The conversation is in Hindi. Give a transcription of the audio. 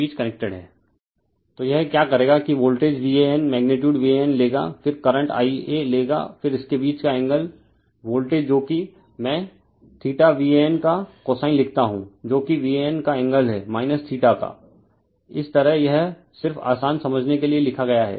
रिफर स्लाइड टाइम 1533 तो यह क्या करेगा कि वोल्टेज VAN मैग्नीटीयूड VAN लेगा फिर करंट Ia लेगा फिर इसके बीच का एंगल वोल्टेज जो कि मैं VAN का कोसाइन लिखता हूं जो कि VAN का एंगल है का Ia इस तरह यह सिर्फ आसान समझने के लिए लिखा गया है